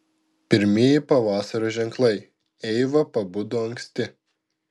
pirmieji pavasario ženklai eiva pabudo anksti